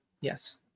yes